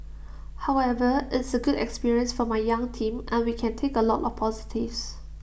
however it's A good experience for my young team and we can take A lot of positives